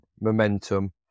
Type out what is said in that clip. momentum